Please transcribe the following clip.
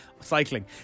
Cycling